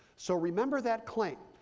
so remember that claim.